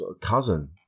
cousin